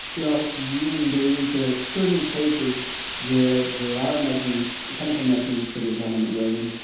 well, human beings, there are certain cases where there are measurements, chemical measurements that are done in the brain.